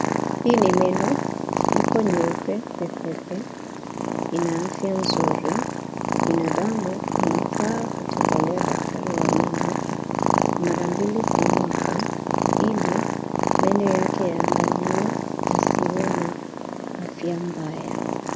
Hii ni meno, iko nyeupe pepepe, ina afya nzuri, binadamu anafaa kutembelea daktari wa meno mara mbili kwa mwaka ili meno yake yaangaliwe yasiwe na afya mbaya.